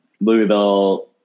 Louisville